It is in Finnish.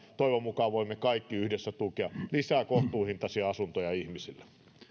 toivon mukaan voimme kaikki yhdessä tukea lisää kohtuuhintaisia asuntoja ihmisille